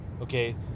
Okay